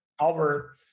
Albert